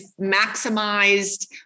maximized